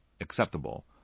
acceptable